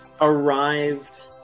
arrived